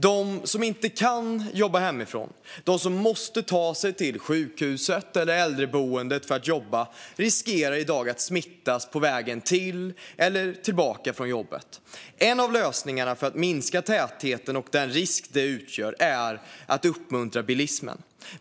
De som inte kan jobba hemifrån utan måste ta sig till sjukhuset eller äldreboendet för att jobba riskerar i dag att smittas på vägen till eller från jobbet. En av lösningarna för att minska trängseln och den risk den utgör är att uppmuntra bilismen.